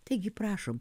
taigi prašom